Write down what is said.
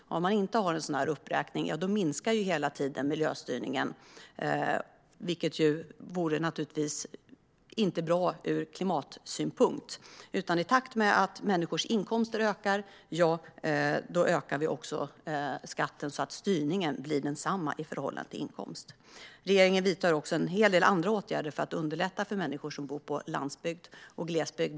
Om man inte har en sådan uppräkning minskar ju hela tiden miljöstyrningen, vilket naturligtvis inte vore bra ur klimatsynpunkt. I takt med att människors inkomster ökar ökar vi också skatten, så att styrningen blir densamma i förhållande till inkomst. Regeringen vidtar också en hel del andra åtgärder för att underlätta för människor som bor på landsbygden och i glesbygden.